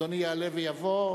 אדוני יעלה ויבוא,